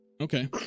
Okay